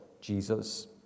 Jesus